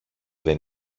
δεν